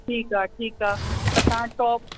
ठीकु आहे ठीकु आहे त तव्हां शॉप